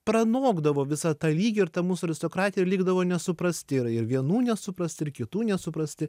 pranokdavo visą tą lygį ir ta mūsų aristokratija likdavo nesuprasti ir ir vienų nesuprasti ir kitų nesuprasti